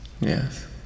Yes